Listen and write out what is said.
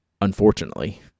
Unfortunately